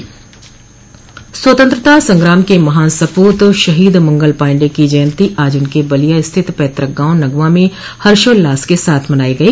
स्वतंत्रता संग्राम के महान सपूत शहीद मंगल पाण्डेय की जयन्ती आज उनके बलिया स्थित पैतृक गांव नगवां में हर्षोल्लास के साथ मनाई गई